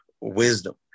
wisdom